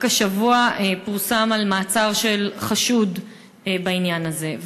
רק השבוע פורסם על מעצר של חשוד בעניין הזה.